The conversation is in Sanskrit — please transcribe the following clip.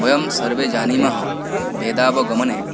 वयं सर्वे जानीमः वेदाबगमने